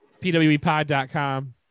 pwepod.com